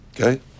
Okay